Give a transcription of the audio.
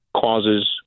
causes